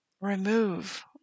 remove